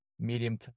medium